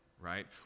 right